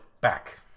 back